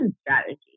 strategy